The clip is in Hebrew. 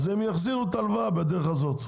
אז הם יחזירו את ההלוואה בדרך הזאת.